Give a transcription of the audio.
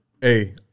Hey